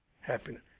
happiness